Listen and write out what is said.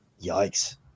yikes